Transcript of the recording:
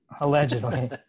Allegedly